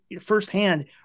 firsthand